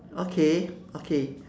okay okay